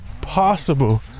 possible